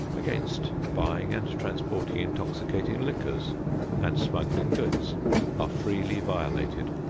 against buying and transporting intoxicating liquors and smuggling goods are freely violated.